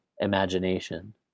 imagination